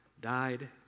died